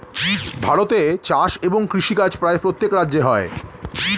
ভারতে চাষ এবং কৃষিকাজ প্রায় প্রত্যেক রাজ্যে হয়